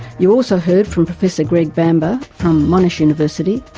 you also heard from professor greg bamber from monash university,